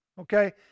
Okay